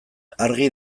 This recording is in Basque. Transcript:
argi